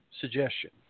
suggestion